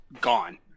gone